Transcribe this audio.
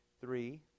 three